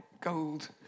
gold